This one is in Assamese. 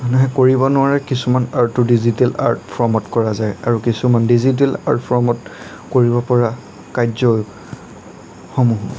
মানুহে কৰিব নোৱাৰা কিছুমান আৰ্টো ডিজিটেল আৰ্ট ফ'ৰ্মত কৰা যায় আৰু কিছুমান ডিজিটেল আৰ্ট ফ'ৰ্মত কৰিব পৰা কাৰ্যসমূহ